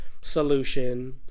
solution